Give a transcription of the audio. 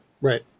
Right